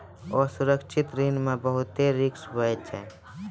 असुरक्षित ऋण मे बहुते रिस्क हुवै छै